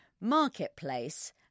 marketplace